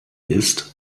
ist